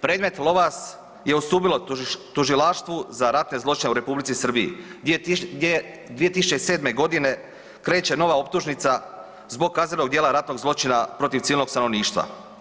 predmet Lovas je ustupilo tužilaštvu za ratne zločine u Republici Srbiji gdje 2007.g. kreće nova optužnica zbog kaznenog djela ratnog zločina protiv civilnog stanovništva.